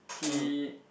he